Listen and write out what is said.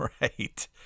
Right